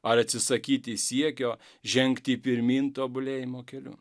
ar atsisakyti siekio žengti pirmyn tobulėjimo keliu